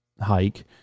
hike